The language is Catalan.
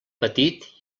petit